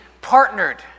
partnered